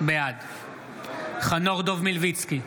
בעד חנוך דב מלביצקי,